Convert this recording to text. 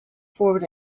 forward